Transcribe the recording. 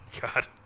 God